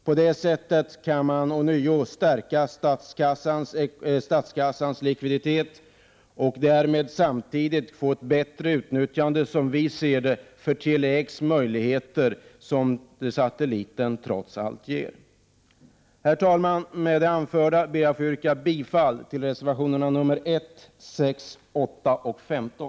På det sättet kan man ånyo stärka statskassans likviditet och därmed, som vi ser det, få ett bättre utnyttjande av de möjligheter som satelliten trots allt ger. Herr talman! Med det anförda ber jag att få yrka bifall till reservationerna 1, 6, 8 och 15.